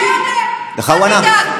אתה פחדן ומתחמק.